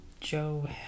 joe